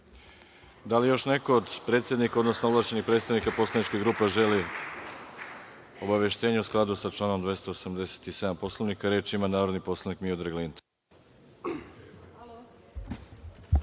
li još neko od predsednika, odnosno ovlašćenih predstavnika poslaničkih grupa želi obaveštenje u skladu sa članom 287. Poslovnika? Reč ima narodni poslanik Miodrag Linta.